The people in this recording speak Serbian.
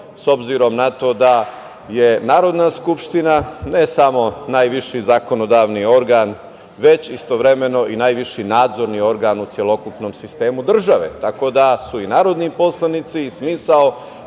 s obzirom na to da je Narodna skupština ne samo najviši zakonodavni organ, već istovremeno i najviši nadzorni organ u celokupnom sistemu države. Tako da, i narodni poslanici i smisao